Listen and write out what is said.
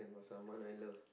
someone I love